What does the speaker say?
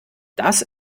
das